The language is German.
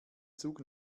zug